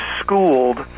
schooled